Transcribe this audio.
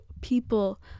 people